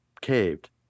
caved